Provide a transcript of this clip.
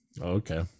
Okay